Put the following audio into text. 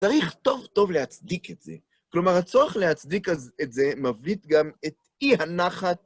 צריך טוב-טוב להצדיק את זה. כלומר, הצורך להצדיק את זה מבליט גם את אי-הנחת.